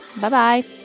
bye-bye